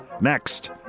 Next